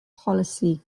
polisi